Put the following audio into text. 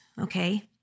okay